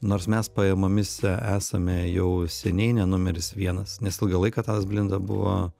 nors mes pajamomis esame jau seniai ne numeris vienas nes ilgą laiką tadas blinda buvo